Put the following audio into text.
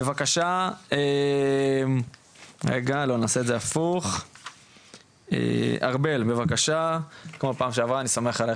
אז בבקשה ארבל וכמו בפעם שעברה אני סומך עלייך